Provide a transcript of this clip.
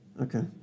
Okay